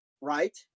right